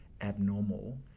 abnormal